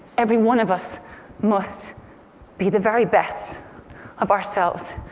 everyone of us must be the very best of ourselves.